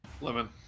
Lemon